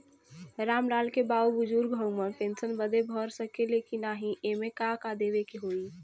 राम लाल के बाऊ बुजुर्ग ह ऊ पेंशन बदे भर सके ले की नाही एमे का का देवे के होई?